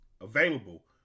available